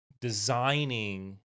designing